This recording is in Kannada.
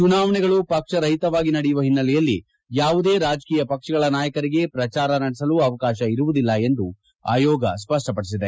ಚುನಾವಣೆಗಳು ಪಕ್ಷ ರಹಿತವಾಗಿ ನಡೆಯುವ ಹಿನ್ನೆಲೆಯಲ್ಲಿ ಯಾವುದೇ ರಾಜಕೀಯ ಪಕ್ಷಗಳ ನಾಯಕರಿಗೆ ಪ್ರಚಾರ ನಡೆಸಲು ಅವಕಾಶ ಇರುವುದಿಲ್ಲ ಎಂದು ಆಯೋಗ ಸ್ಪಷ್ಟಪಡಿಸಿದೆ